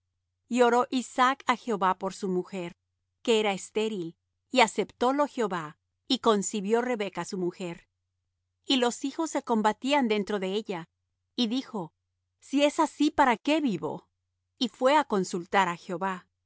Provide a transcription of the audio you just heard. y oró isaac á jehová por su mujer que era estéril y aceptólo jehová y concibió rebeca su mujer y los hijos se combatían dentro de ella y dijo si es así para qué vivo yo y fue á consultar á jehová